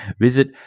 Visit